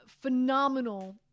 phenomenal